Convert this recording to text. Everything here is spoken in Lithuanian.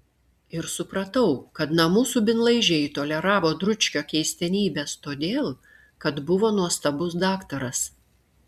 ir supratau kad namų subinlaižiai toleravo dručkio keistenybes todėl kad buvo nuostabus daktaras